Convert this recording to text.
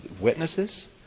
witnesses